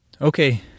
Okay